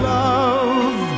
love